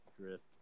drift